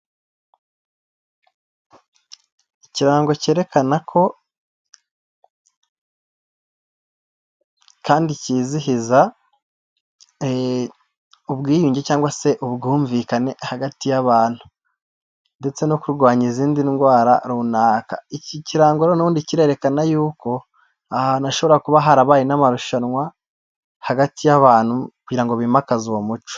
Ikirango cyerekana ko, kandi kizihiza ubwiyunge cyangwa se ubwumvikane hagati y'abantu, ndetse no kurwanya izindi ndwara runaka, iki kirango n'ubundi kirerekana yuko aha hantu hashobora kuba harabaye n'amarushanwa hagati y'abantu, kugira ngo bimakaze uwo muco.